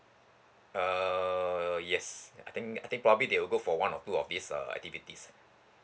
uh yes I think I think probably they will go for one or two of these uh activities